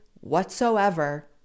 whatsoever